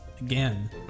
again